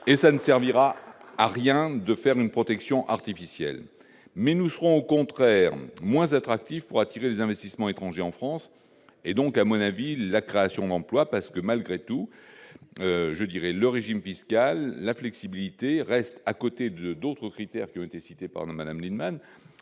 et ça ne servira à rien de faire une protection artificielle mais nous serons au contraire moins attractifs pour attirer les investissements étrangers en France et donc à mon avis, la création d'emploi parce que malgré tout, je dirais, le régime fiscal la flexibilité reste à côté de d'autres critères qui ont été cités par Madame Lienemann